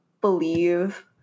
believe